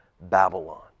Babylon